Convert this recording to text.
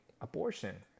abortion